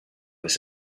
his